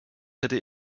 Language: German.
hätte